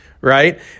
right